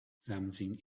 something